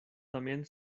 también